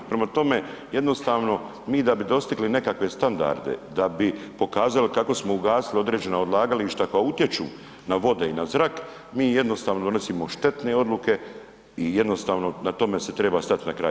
Prema tome, jednostavno mi da dostigli nekakve standarde, da bi pokazali kako smo ugasili određena odlagališta koja utječu na vode i na zrak, mi jednostavno donosimo štetne odluke i jednostavno tome se treba stati na kraj.